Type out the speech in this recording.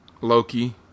Loki